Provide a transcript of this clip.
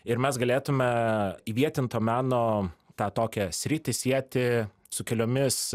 ir mes galėtume įvietinto meno tą tokią sritį sieti su keliomis